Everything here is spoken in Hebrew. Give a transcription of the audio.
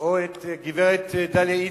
או את גברת דליה איציק,